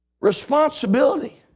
Responsibility